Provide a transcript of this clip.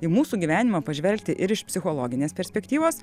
į mūsų gyvenimą pažvelgti ir iš psichologinės perspektyvos